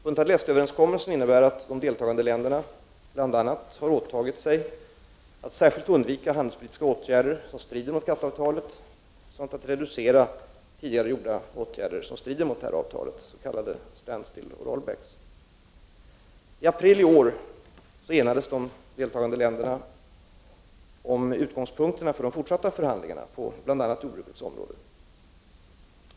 Punta del Este-överenskommelsen innebär att de deltagande länderna bl.a. åtagit sig att särskilt undvika handelspolitiska åtgärder som strider mot GATT-avtalet samt att reducera tidigare gjorda åtgärder som strider mot detta avtal . I april 1989 enades de deltagande länderna om utgångspunkterna för de fortsatta förhandlingarna på bl.a. jordbrukets område.